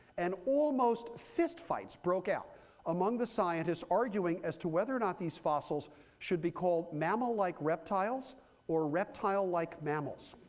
and almost fist fights broke out among the scientists arguing as to whether or not these fossils should be called mammal-like like reptiles or reptile-like mammals.